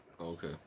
Okay